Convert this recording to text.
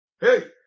Hey